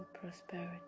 prosperity